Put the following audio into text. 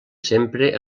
sempre